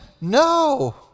No